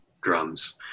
drums